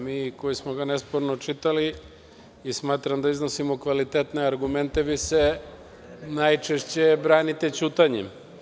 Mi koji smo ga nesporno čitali, a smatram da iznosimo kvalitetne argumente, vi ste najčešće branite ćutanjem.